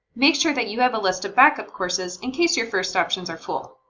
make sure that you have a list of back-up courses in case your first options are full.